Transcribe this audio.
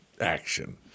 action